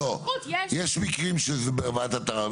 יש מקרים שזה בוועדת ערער,